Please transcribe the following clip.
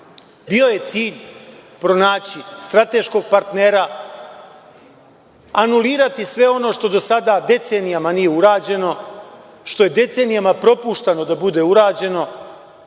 Bio je cilj pronaći strateškog partnera, anulirati sve ono što do sada decenijama nije bilo urađeno, što je decenijama propuštano da bude urađeno,